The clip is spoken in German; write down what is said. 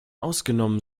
ausgenommen